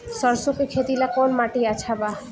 सरसों के खेती ला कवन माटी अच्छा बा?